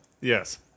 Yes